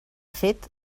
fet